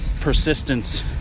persistence